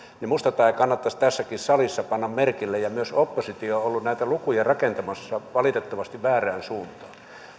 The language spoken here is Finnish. ja minusta tämä kannattaisi tässäkin salissa panna merkille myös oppositio on ollut näitä lukuja rakentamassa valitettavasti väärään suuntaan